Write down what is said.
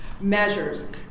measures